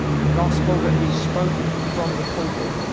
the gospel that he spoke from the pulpit,